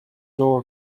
door